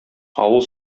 авыл